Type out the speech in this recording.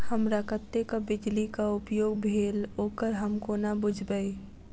हमरा कत्तेक बिजली कऽ उपयोग भेल ओकर हम कोना बुझबै?